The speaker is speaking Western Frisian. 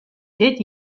dit